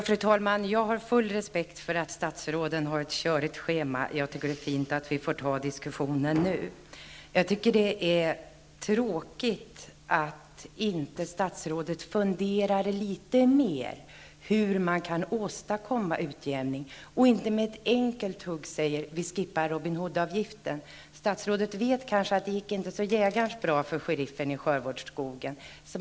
Fru talman! Jag har full respekt för att statsråden har ett körigt schema. Det är bra att vi kan ta diskussionen nu. Det är tråkigt att statsrådet inte funderar litet mer över hur man kan åstadkomma utjämning i stället för att med ett enkelt hugg säga att vi avskaffar Robin Hood-avgiften. Statsrådet vet kanske att det inte gick så väldigt bra för sheriffen i Sherwoodskogen.